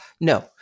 No